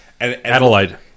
Adelaide